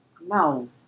No